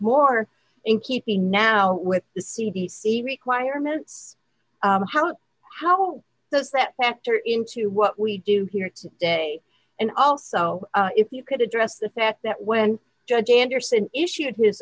more in keeping now with the c b c requirements how how does that factor into what we do here today and also if you could address the fact that when judge anderson issued his